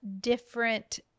different